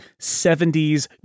70s